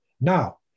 Now